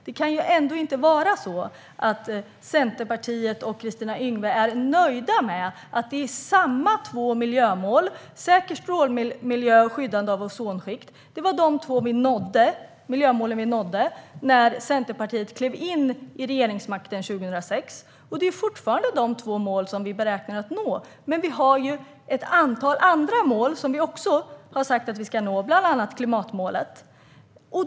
Det kan ändå inte vara så att Centerpartiet och Kristina Yngwe är nöjda med att det är samma två miljömål - säker strålmiljö och skyddande av ozonskikt - som nåddes när Centerpartiet klev in i regeringsmakten 2006. Det är fortfarande dessa två mål som vi räknar med att nå. Men vi har ju ett antal andra mål som vi också har sagt att vi ska nå, bland annat klimatmålet.